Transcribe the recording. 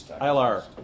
ILR